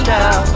now